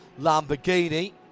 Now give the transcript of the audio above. lamborghini